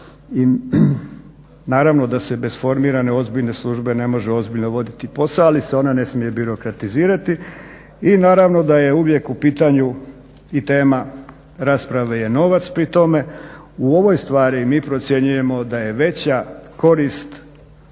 i naravno da se bez formirane ozbiljne službe ne može ozbiljno voditi posao ali se ona ne smije birokratizirati i naravno da je uvijek u pitanju tema rasprave je novac pri tome. U ovoj stvari mi procjenjujemo da je veća korist